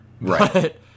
right